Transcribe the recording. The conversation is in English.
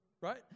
right